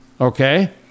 Okay